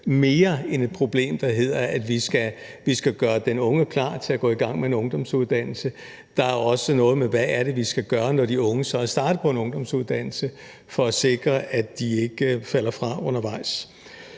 mere end et problem, der handler om, at vi skal gøre den unge klar til at gå i gang med en ungdomsuddannelse. Der er også noget med, hvad det er, vi skal gøre, når de unge så er startet på en ungdomsuddannelse; for at sikre, at de ikke falder fra undervejs.